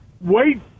wait